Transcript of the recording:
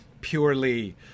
purely